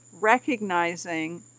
recognizing